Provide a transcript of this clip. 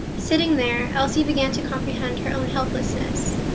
sitting there, elsie began to comprehend her own helplessness.